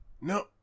No